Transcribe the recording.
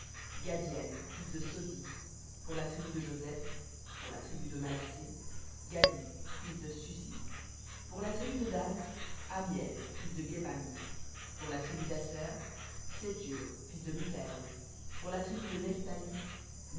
gaddiel fils de sodi pour la tribu de joseph pour la tribu de manassé gaddi fils de susi pour la tribu de dan ammiel fils de guemalli pour la tribu d'aser sethur fils de micaël pour la tribu de